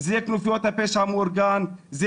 כנופיות הפשע המאורגן,